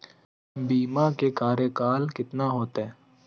बीमा के कार्यकाल कितना होते?